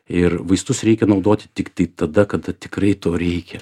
ir vaistus reikia naudoti tiktai tada kada tikrai to reikia